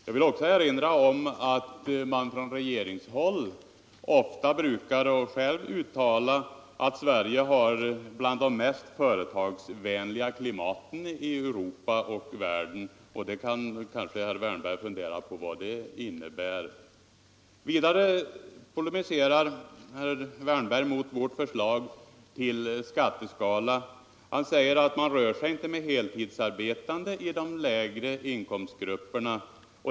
Jag vill också erinra om att man från regeringshåll ofta säger att Sverige har det kanske mest företagsvänliga klimatet i Europa och i världen. Herr Wärnberg kan kanske fundera på vad det innebär. Vidare polemiserar herr Wärnberg mot vårt förslag till skatteskala. Han säger att man rör sig inte med heltidsarbetande i de lägre inkomstgrupperna.